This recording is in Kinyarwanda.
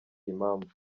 impamvu